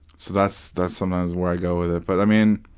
so that's that's sometimes where i go with it. but i mean,